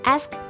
Ask